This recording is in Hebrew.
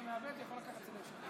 כי בהתאם לסעיף 96 לתקנון